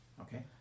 Okay